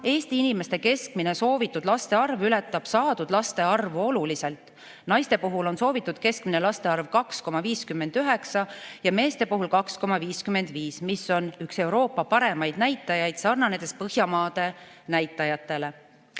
Eesti inimeste keskmine soovitud laste arv ületab saadud laste arvu oluliselt. Naiste puhul on soovitud keskmine laste arv 2,59 ja meeste puhul 2,55. See on üks Euroopa parimaid näitajaid ja sarnaneb Põhjamaade näitajatega.